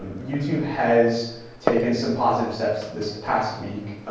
and youtube has taken some positive steps this past week.